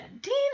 Dean